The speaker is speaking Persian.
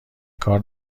کار